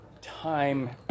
time